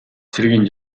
цэргийн